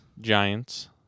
Giants